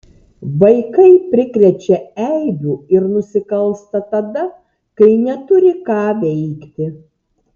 vaikai prikrečia eibių ir nusikalsta tada kai neturi ką veikti